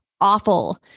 awful